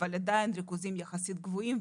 אבל עדיין יש ריכוזים יחסית גבוהים.